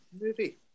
movie